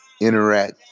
interact